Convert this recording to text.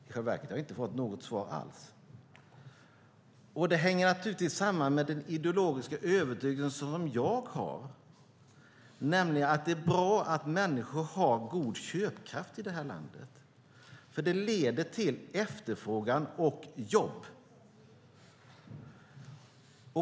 I själva verket har jag inte fått något svar alls. Det hänger naturligtvis samman med den ideologiska övertygelse som jag har, nämligen att det är bra att människor har god köpkraft i detta land eftersom det leder till efterfrågan och jobb.